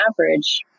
average